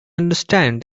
understand